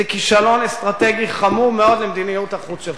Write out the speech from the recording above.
זה כישלון אסטרטגי חמור מאוד למדיניות החוץ שלך.